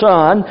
Son